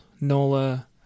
Nola